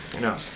No